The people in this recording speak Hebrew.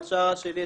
בהכשרה שלי.